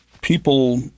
people